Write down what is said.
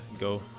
go